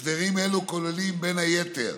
הסדרים אלו כוללים, בין היתר,